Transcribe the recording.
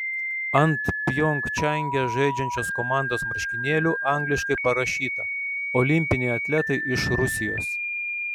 ant pjongčange žaidžiančios komandos marškinėlių angliškai parašyta olimpiniai atletai iš rusijos